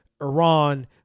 iran